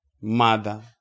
mother